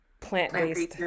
plant-based